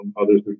others